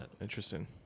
Interesting